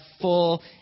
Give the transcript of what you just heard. full